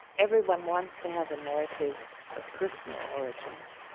everyone wants to have a narrative of personal origins.